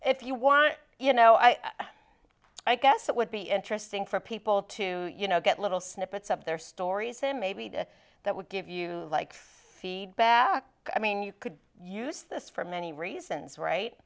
if you want you know i guess that would be interesting for people to you know get a little snippets of their stories and maybe the that would give you like feedback i mean you could use this for many reasons right